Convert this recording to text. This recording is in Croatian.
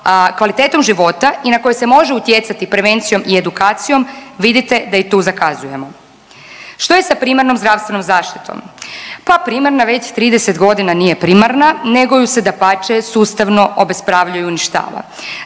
kvalitetom života i na koje se može utjecati prevencijom i edukacijom, vidite da i tu zakazujemo. Što je sa primarnom zdravstvenom zaštitom? Pa primarna već 30.g. nije primarna nego ju se dapače sustavno obespravljuje i uništava.